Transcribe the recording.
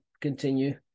continue